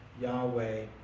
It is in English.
Yahweh